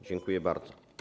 Dziękuję bardzo.